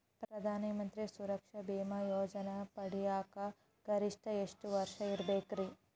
ಪ್ರಧಾನ ಮಂತ್ರಿ ಸುರಕ್ಷಾ ಭೇಮಾ ಯೋಜನೆ ಪಡಿಯಾಕ್ ಗರಿಷ್ಠ ಎಷ್ಟ ವರ್ಷ ಇರ್ಬೇಕ್ರಿ?